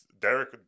Derek